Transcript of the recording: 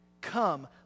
Come